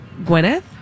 Gwyneth